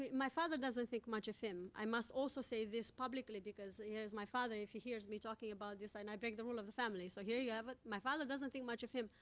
my father doesn't think much of him. i must also say this publicly, because here's my father if he hears me talking about this, and i break the rule of the family. so, here you have it my father doesn't think much of him.